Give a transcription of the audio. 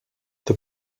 the